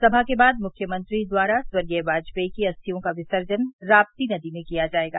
समा के बाद मुख्यमंत्री द्वारा स्वर्गीय बाजपेयी की अस्थियों का विसर्जन राप्ती नदी में किया जायेगा